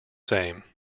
same